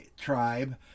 tribe